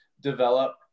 develop